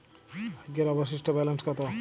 আজকের অবশিষ্ট ব্যালেন্স কত?